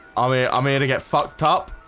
um yeah i'm here to get fucked up